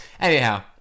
Anyhow